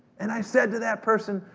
and i said to that person,